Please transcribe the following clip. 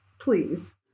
please